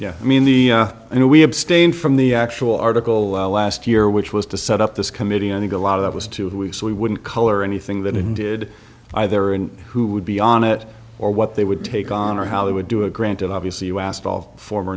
and i mean the you know we abstain from the actual article last year which was to set up this committee on the go a lot of it was two weeks we wouldn't color anything that in did either and who would be on it or what they would take on or how they would do it granted obviously you asked all former